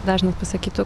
dažnas pasakytų